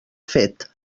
fet